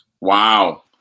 Wow